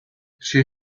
she